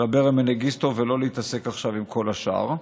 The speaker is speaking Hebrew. של אברה מנגיסטו, ולא להתעסק עכשיו עם כל השאר.